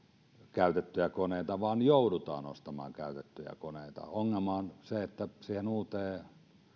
käytettyjä koneita vaan joudutaan ostamaan käytettyjä koneita ongelma on se että siihen uuteen